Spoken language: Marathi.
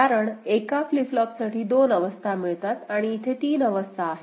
कारण एका फ्लिप फ्लॉप साठी दोन अवस्था मिळतात आणि इथे तीन अवस्था आहेत